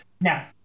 Now